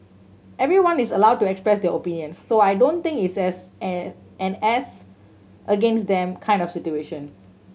everyone is allowed to express their opinions so I don't think is as an and as against them kind of situation